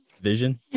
Vision